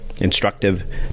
instructive